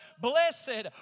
blessed